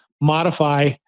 modify